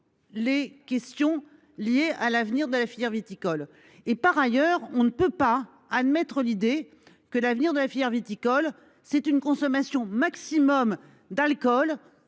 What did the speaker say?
les questions liées à l’avenir de cette filière. Par ailleurs, on ne peut pas admettre l’idée que l’avenir de la filière viticole repose sur une consommation maximale d’alcool